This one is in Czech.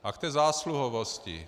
A k té zásluhovosti.